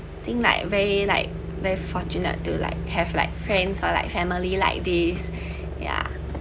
think like very like very fortunate to like have like friends or like family like these ya